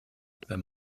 wenn